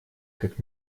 как